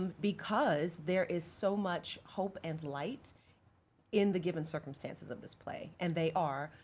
because there is so much hope and light in the given circumstances of this play, and they are.